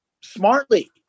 smartly